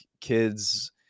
kids